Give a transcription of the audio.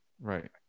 right